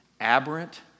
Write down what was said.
aberrant